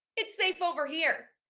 it's safe over here.